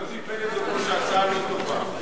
יוסי פלד אמר שההצעה לא טובה.